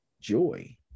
joy